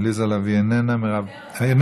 עליזה לביא, איננה, מוותרת.